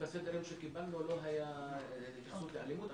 בסדר היום שקיבלנו לא היה התייחסות לאלימות,